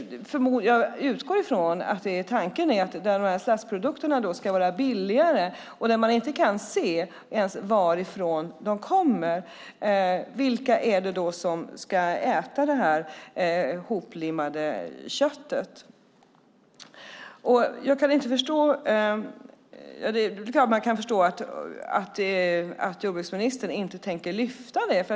Jag utgår från att tanken är att slaskprodukterna ska vara billigare. När man inte ens kan se varifrån de kommer, vilka är det då som ska äta det här hoplimmade köttet? Det är klart att man kan förstå att jordbruksministern inte tänker lyfta det.